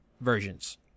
versions